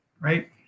right